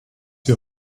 wir